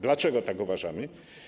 Dlaczego tak uważamy?